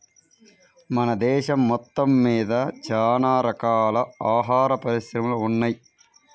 మన దేశం మొత్తమ్మీద చానా రకాల ఆహార పరిశ్రమలు ఉన్నయ్